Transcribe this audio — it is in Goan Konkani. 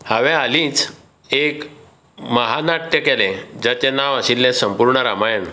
हांवें हालीच एक म्हानाट्य केले जाचे नांव आशिल्ले संपुर्ण रामायण